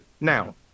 Now